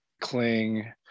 cling